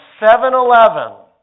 7-Eleven